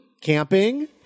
Camping